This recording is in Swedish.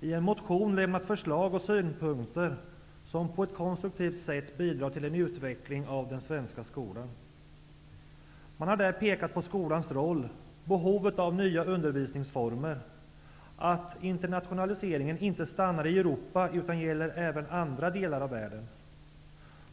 i en motion lämnat förslag och synpunkter som på ett konstruktivt sätt bidrar till en utveckling av den svenska skolan. Man har där pekat på skolans roll, behovet av nya undervisningsformer, att internationaliseringen inte stannar i Europa utan gäller även andra delar av världen.